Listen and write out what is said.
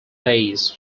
days